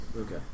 Okay